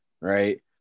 Right